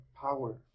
power